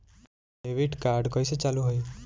Debit card कइसे चालू होई?